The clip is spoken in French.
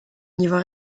niveau